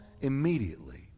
immediately